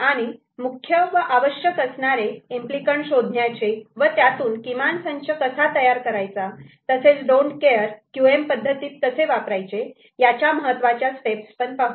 आणि मुख्य व आवश्यक असणारे इम्पली कँट शोधण्याचे व त्यातून किमान संच कसा तयार करायचा आणि तसेच डोन्ट केअर क्यू एम पद्धतीत कसे वापरायचे याच्या महत्वाच्या स्टेप्स पण पाहू